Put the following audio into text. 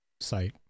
site